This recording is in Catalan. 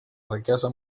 riquesa